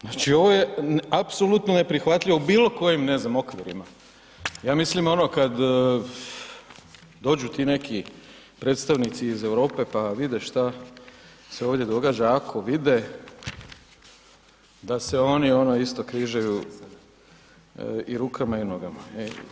Znači, ovo je apsolutno neprihvatljivo, u bilo kojim, ne znam, okvirima, ja mislim, ono, kad dođu ti neki predstavnici iz Europe pa vide šta se ovdje događa, ako vide, da se oni, ono, isto križaju i rukama i nogama.